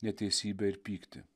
neteisybę ir pyktį